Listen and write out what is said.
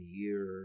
year